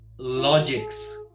logics